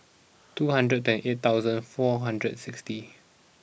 two hundred eight thousand four hundred and sixty